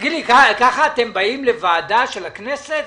תגיד לי, ככה אתם באים לוועדה של הכנסת?